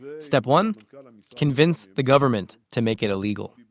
step one convince the government to make it illegal